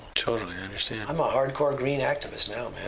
totally, i understand. i'm a hardcore green activist now, man.